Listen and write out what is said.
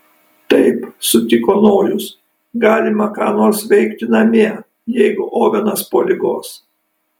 taip sutiko nojus galima ką nors veikti namie jeigu ovenas po ligos